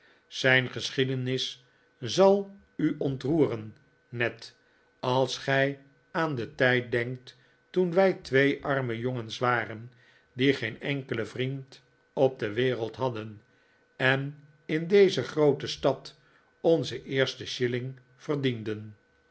zijn igeschiedenis zal u ontroeren ned als gij aan den tijd denkt toen wij twee arme jongens waren die geen enkelen vriend op de wereld hadden en in deze groote stad onzen eersten shilling verdienden